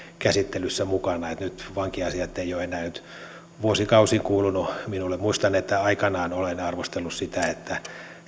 käsittelyssä mukana vankiasiat eivät ole enää vuosikausiin kuuluneet minulle muistan että aikanaan olen arvostellut sitä että